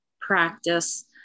practice